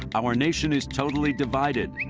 our nation is totally divided!